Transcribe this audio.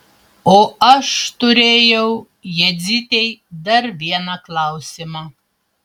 o aš turėjau jadzytei dar vieną klausimą